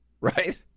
Right